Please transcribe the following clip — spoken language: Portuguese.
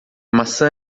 maçã